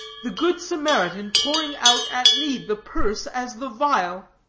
the good samaritan pouring out at need the purse as the vial!